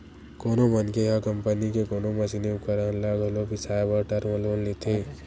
कोनो मनखे ह कंपनी के कोनो मसीनी उपकरन ल घलो बिसाए बर टर्म लोन लेथे